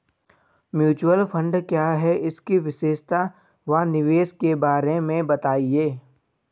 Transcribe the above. Mutual fund क्या है इसकी विशेषता व निवेश के बारे में बताइये?